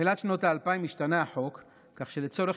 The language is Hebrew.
בתחילת שנות האלפיים השתנה החוק כך שלצורך